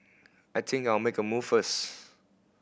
I think I'll make a move first